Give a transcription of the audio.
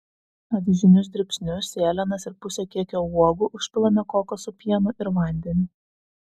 avižinius dribsnius sėlenas ir pusę kiekio uogų užpilame kokosų pienu ir vandeniu